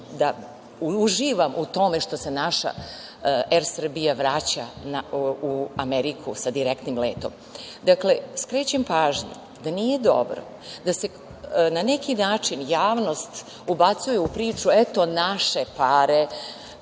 da uživam u tome što se naš „Er Srbija“ vraća u Ameriku sa direktnim letom. Dakle, skrećem pažnju da nije dobro da se na neki način javnost ubacuje u priču – eto naše pare,